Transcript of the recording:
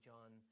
John